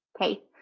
okay